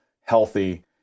healthy